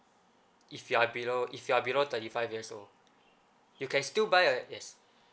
if you are below if you are below thirty five years old you can still buy a yes